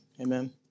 Amen